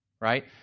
right